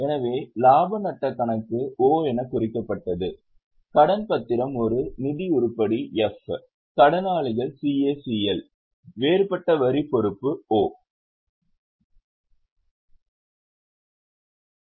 எனவே இலாப நட்டக் கணக்கு O எனக் குறிக்கப்பட்டது கடன் பத்திரம் ஒரு நிதி உருப்படி F கடனாளிகள் CACL வேறுபட்ட வரி பொறுப்பு O